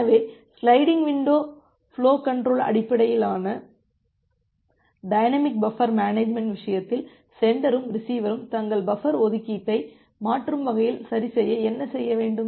எனவே sliding window flow control அடிப்படையிலான dynamic buffer management விஷயத்தில் சென்டரும் ரிசீவரும் தங்கள் பஃபர் ஒதுக்கீட்டை மாற்றும் வகையில் சரிசெய்ய என்ன செய்ய வேண்டும்